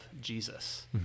Jesus